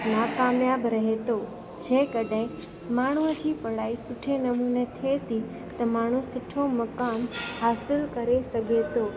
नाकामयाबु रहे थो जंहिं कॾहिं माण्हूअ जी पढ़ाई सुठे नमूने थिए थी त माण्हू सुठो मुक़ामु हासिलु करे सघे थो